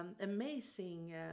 amazing